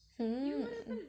mm